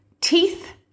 teeth